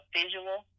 visual